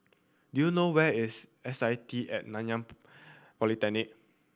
do you know where is S I T and Nanyang Polytechnic